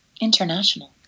international